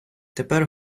тепер